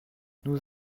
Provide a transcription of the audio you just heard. nous